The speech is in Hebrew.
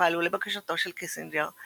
שפעלו לבקשתו של קיסינג'ר,